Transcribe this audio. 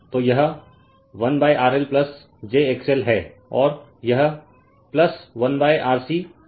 तो यह 1 RL jXL है और यह 1 RC jXC है